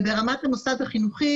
וברמת המוסד החינוכי,